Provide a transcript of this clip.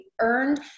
earned